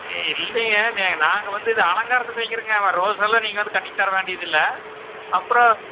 இல்லைங்க நாங்கள் வந்து இது அலங்காரத்துக்கு வைக்கிறோங்க இப்போ ரோஸ் எல்லாம் நீங்கள் வந்து கட்டி தர வேண்டியது இல்லை அப்புறம்